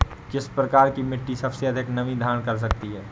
किस प्रकार की मिट्टी सबसे अधिक नमी धारण कर सकती है?